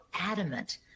adamant